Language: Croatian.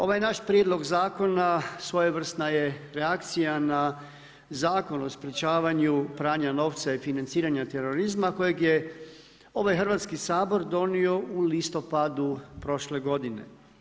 Ovaj naš prijedlog zakona svojevrsna je reakcija na Zakon o sprečavanju pranja novca i financiranju terorizma kojeg je ovaj Hrvatski sabor donio u listopadu prošle godine.